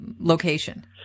location